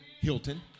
Hilton